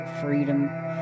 freedom